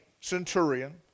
centurion